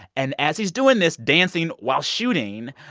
and as he's doing this dancing while shooting,